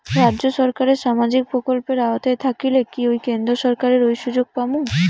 রাজ্য সরকারের সামাজিক প্রকল্পের আওতায় থাকিলে কি কেন্দ্র সরকারের ওই সুযোগ পামু?